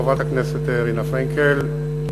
חברת הכנסת רינה פרנקל,